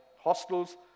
hostels